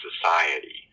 Society